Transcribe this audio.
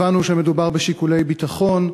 הבנו שמדובר בשיקולי ביטחון.